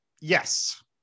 yes